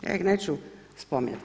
Ja ih neću spominjati.